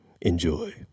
enjoy